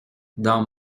dans